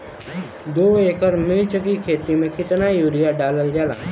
दो एकड़ मिर्च की खेती में कितना यूरिया डालल जाला?